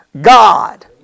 God